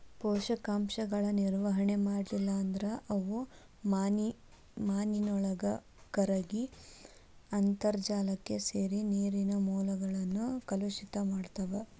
ಪೋಷಕಾಂಶಗಳ ನಿರ್ವಹಣೆ ಮಾಡ್ಲಿಲ್ಲ ಅಂದ್ರ ಅವು ಮಾನಿನೊಳಗ ಕರಗಿ ಅಂತರ್ಜಾಲಕ್ಕ ಸೇರಿ ನೇರಿನ ಮೂಲಗಳನ್ನ ಕಲುಷಿತ ಮಾಡ್ತಾವ